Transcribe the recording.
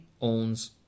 owns